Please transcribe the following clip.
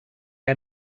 out